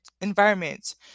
environments